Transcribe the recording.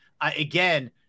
again